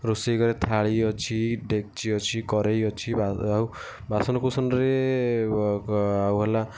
ରୋଷେଇ ଘରେ ଥାଳି ଅଛି ଡେକ୍ଚି ଅଛି କଢେଇ ଅଛି ଆଉ ବାସନ କୁସନରେ ଆଉ ଭଲା